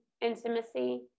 intimacy